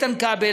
איתן כבל,